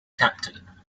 captain